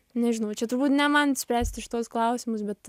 nežinau čia turbūt ne man spręsti šituos klausimus bet